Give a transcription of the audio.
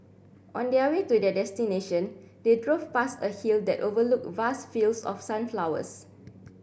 on their way to their destination they drove past a hill that overlooked vast fields of sunflowers